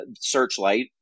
Searchlight